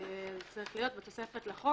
צריך להיות: בתוספת לחוק,